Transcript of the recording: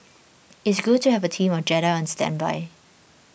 it's good to have a team of Jedi on standby